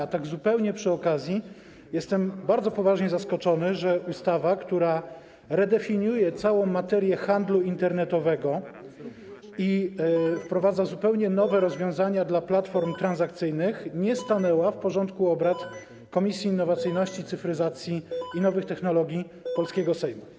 A tak zupełnie przy okazji: jestem bardzo poważnie zaskoczony, że ustawa, która redefiniuje całą materię handlu internetowego i wprowadza zupełnie nowe rozwiązania dla platform transakcyjnych, nie została ujęta w porządku obrad Komisji Cyfryzacji, Innowacyjności i Nowych Technologii polskiego Sejmu.